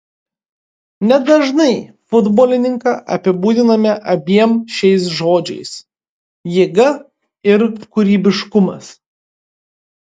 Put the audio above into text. nedažnai futbolininką apibūdiname abiem šiais žodžiais jėga ir kūrybiškumas